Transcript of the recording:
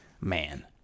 man